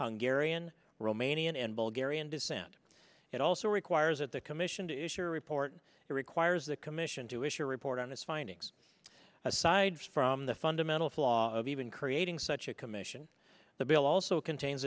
german garion romanian and bulgarian descent it also requires that the commission to issue a report it requires the commission to issue a report on its findings aside from the fundamental flaw of even creating such a commission the bill also contains